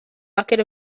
bucket